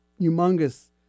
humongous